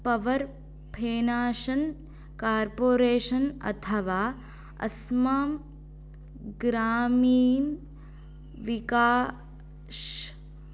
power finance corporation अथवा अस्सां ग्रामीण विकास